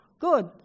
Good